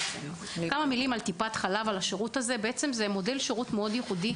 כמה מילים על שירות טיפת חלב: מודל שירות ייחודי